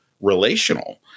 relational